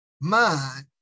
mind